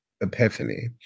epiphany